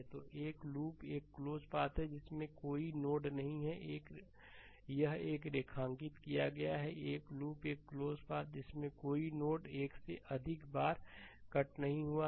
तो एक लूप एक क्लोज पाथ है जिसमें कोई नोड नहीं है यह रेखांकित किया गया है एक लूप एक क्लोज पाथ जिसमें कोई नोड एक से अधिक बार कट नहीं हुआ है